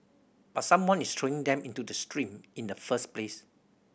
but someone is throwing them into the stream in the first place